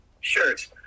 shirts